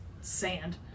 sand